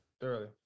Thoroughly